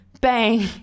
bang